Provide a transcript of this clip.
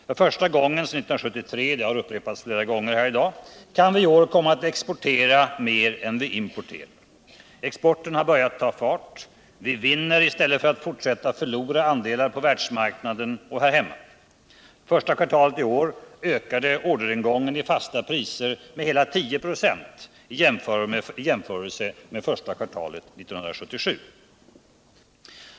För första gången sedan 1973 — det har upprepats flera gånger här i dag — kan vi i år komma att exportera mer än vi importerar. Exporten har börjat ta fart. Vi vinner i stället för att fortsätta förlora andelar på världsmarknaden och här hemma. Första kvartalet i år ökade orderingången i fasta priser med hela 10 6 jämfört med första kvartalet 1977.